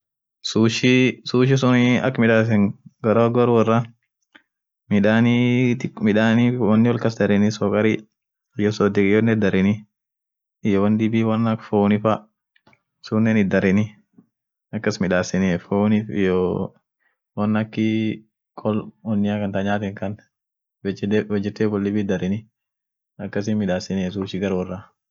mpishi sagale oteeli gugurda sun kasiit daab hoteeli, hoteli pesa gaalia sun kasiit daab, silaatetii wonin silaate midas sagale ak chole daabe, aminenii inamaat kane sun chole ak, kwa sababu sagale wo peesa gudio itbaasen, sagale maana chole baasenie sagale peesa gudio itbaaseni abasuunen ridikite won sun maana hinkabdu